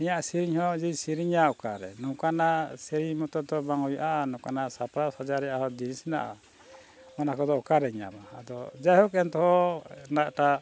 ᱤᱧᱟᱹᱜ ᱥᱮᱨᱮᱧ ᱦᱚᱸ ᱡᱩᱫᱤ ᱥᱮᱨᱮᱧᱟ ᱚᱠᱟᱨᱮ ᱱᱚᱝᱠᱟᱱᱟᱜ ᱥᱮᱨᱮᱧ ᱢᱚᱛᱚ ᱫᱚ ᱵᱟᱝ ᱦᱩᱭᱩᱜᱼᱟ ᱱᱚᱝᱠᱟᱱᱟᱜ ᱥᱟᱯᱲᱟᱣ ᱥᱟᱡᱟᱣ ᱨᱮᱭᱟᱜ ᱦᱚᱸ ᱡᱤᱱᱤᱥ ᱦᱮᱱᱟᱜᱼᱟ ᱚᱱᱟ ᱠᱚᱫᱚ ᱚᱠᱟᱨᱮᱧ ᱧᱟᱢᱟ ᱟᱫᱚ ᱡᱟᱭᱦᱳᱠ ᱮᱱᱦᱚᱸ ᱩᱱᱟᱹᱜ ᱴᱟᱜ